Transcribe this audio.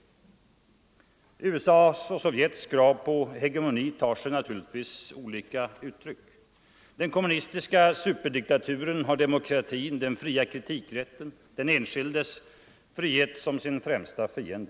22 november 1974 USA:s och Sovjets krav på hegemoni tar sig naturligtvis olika uttryck, = Den kommunistiska superdiktaturen har demokratin, den fria kritik — Ang. säkerhetsoch rätten, den enskildes frihet, som sin främsta fiende.